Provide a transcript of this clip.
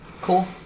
Cool